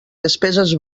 despeses